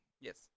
Yes